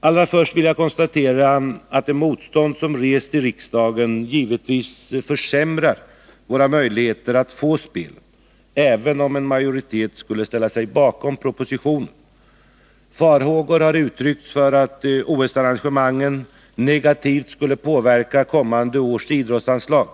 Allra först vill jag konstatera att det motstånd som rests i riksdagen givetvis försämrar våra möjligheter att få spelen — även om en majoritet skulle ställa sig bakom propositionen. Farhågor har uttryckts för att ett OS-arrangemang negativt skulle påverka kommande års idrottsanslag.